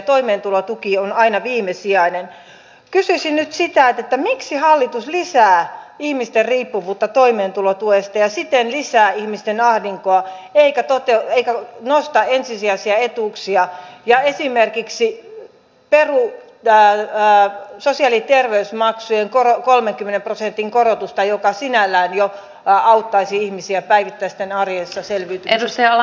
uskon että nämä molemmat esiin nostamani asiat toisivat suomeen työtä osaamista sivistystä ja sitten lisää ihmisten ahdinkoa eikä toteaa eikä nosta ensisijaisia menestystä ja esimerkiksi perhe näyttämään sosiaali terveysmaksujen kora kolmenkymmenen prosentin alkupanosten jälkeen molemmat ehdotukset maksaisivat itsensä moninkertaisesti takaisin